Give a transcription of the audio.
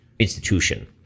Institution